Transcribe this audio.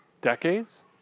Decades